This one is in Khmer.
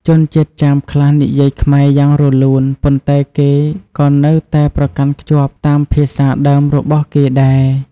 ជនជាតិចាមខ្លះនិយាយខ្មែរយ៉ាងរលូន ប៉ុន្តែគេក៏នៅតែប្រកាន់ខ្ជាប់តាមភាសាដើមរបស់គេដែរ។